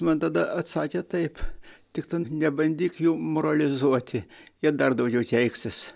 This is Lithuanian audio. man tada atsakė taip tik nebandyk jų moralizuoti jie dar daugiau keiksis